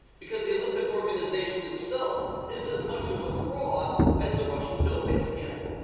because the olympic organization itself is as much of a fraud as the russian doping scandal.